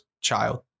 child